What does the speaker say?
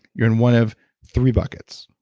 you're in one of three buckets,